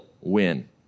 win